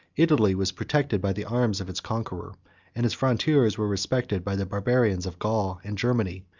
italy was protected by the arms of its conqueror and its frontiers were respected by the barbarians of gaul and germany,